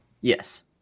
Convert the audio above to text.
Yes